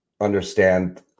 understand